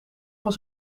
van